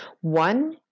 One